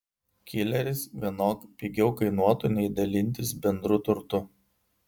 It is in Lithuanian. kileris vienok pigiau kainuotų nei dalintis bendru turtu